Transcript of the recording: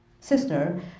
sister